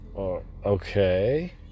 okay